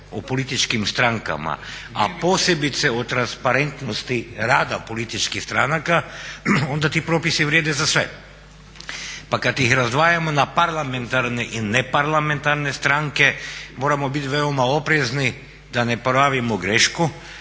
o političkim strankama a posebice o transparentnosti rada političkih stranaka onda ti propisi vrijede za sve. Pa kad ih razdvajamo na parlamentarne i neparlamentarne stranke moramo biti veoma oprezni da ne napravimo grešku